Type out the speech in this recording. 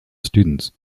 students